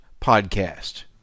Podcast